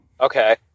Okay